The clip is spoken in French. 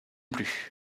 plus